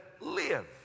live